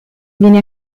viene